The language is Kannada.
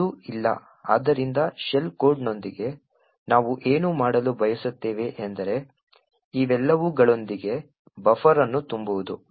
ಒಂದು ಇಲ್ಲ ಆದ್ದರಿಂದ ಶೆಲ್ ಕೋಡ್ನೊಂದಿಗೆ ನಾವು ಏನು ಮಾಡಲು ಬಯಸುತ್ತೇವೆ ಎಂದರೆ ಇವೆಲ್ಲವುಗಳೊಂದಿಗೆ ಬಫರ್ ಅನ್ನು ತುಂಬುವುದು